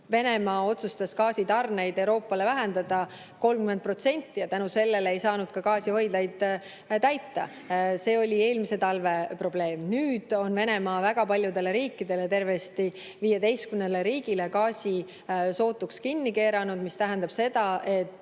Venemaa gaasitarneid Euroopale vähendada 30% ja selle tõttu ei saanud gaasihoidlaid täita. Sellest tuli eelmise talve probleem. Nüüd on Venemaa väga paljudele riikidele, tervenisti 15 riigile gaasi sootuks kinni keeranud, mis tähendab seda, et